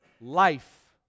life